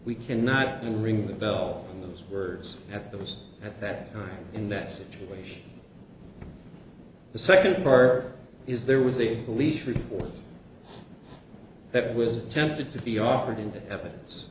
we cannot unring the bell in those words at those at that time in that situation the second part is there was a police report that was attempted to be offered into evidence